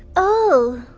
oh